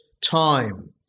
time